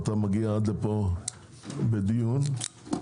אתה מגיע עד לפה לדיון כנראה שהנושא חשוב.